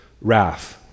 wrath